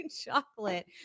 chocolate